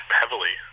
heavily